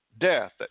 death